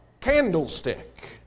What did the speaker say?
candlestick